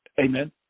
amen